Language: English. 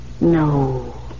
No